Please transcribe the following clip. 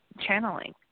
channeling